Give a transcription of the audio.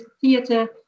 theatre